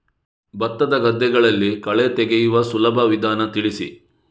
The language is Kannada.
ಭತ್ತದ ಗದ್ದೆಗಳಲ್ಲಿ ಕಳೆ ತೆಗೆಯುವ ಸುಲಭ ವಿಧಾನ ತಿಳಿಸಿ?